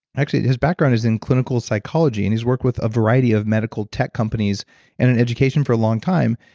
actually his background is in clinical psychology and he's worked with a variety of medical tech companies and in education for long time.